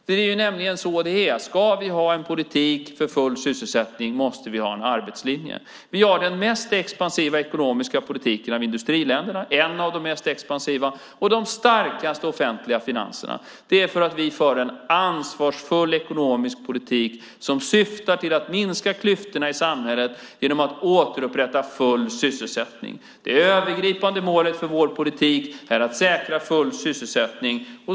Det är nämligen så det är: Ska vi ha en politik för full sysselsättning måste vi ha en arbetslinje. Sverige är ett av de länder som har den mest expansiva ekonomiska politiken av industriländerna och de starkaste offentliga finanserna. Det beror på att vi för en ansvarsfull ekonomisk politik som syftar till att minska klyftorna i samhället genom att återupprätta full sysselsättning. Det övergripande målet för vår politik är att säkra full sysselsättning.